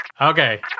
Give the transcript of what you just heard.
Okay